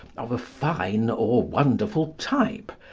of a fine or wonderful type,